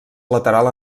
lateral